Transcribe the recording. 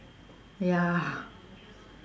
ya